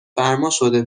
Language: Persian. فرماشده